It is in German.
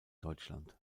deutschland